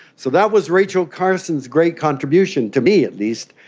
so that was rachel carson's great contribution, to me at least,